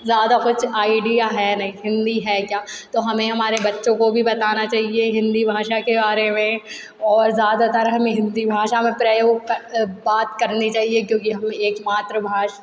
ज़्यादा कुछ आईडिया है नहीं हिंदी है क्या तो हमें हमारे बच्चों को भी बताना चाहिए हिंदी भाषा के बारे में और ज़्यादातर हमें हिंदी भाषा का प्रयोग क बात करनी चाहिए क्योंकि हम एक मात्र भाषा